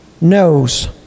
knows